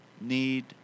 need